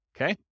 okay